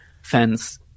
fans